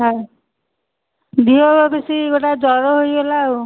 ନାଇ ଦେହ ବେଶୀ ଗୋଟେ ଜ୍ଵର ହେଇଗଲା ଆଉ